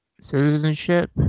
citizenship